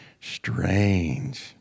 Strange